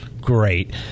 Great